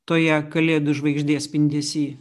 toje kalėdų žvaigždės spindesy